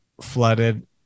flooded